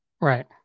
Right